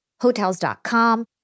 Hotels.com